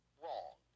wrong